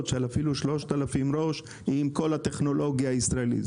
של אפילו 3,000 ראש עם כל הטכנולוגיה הישראלית.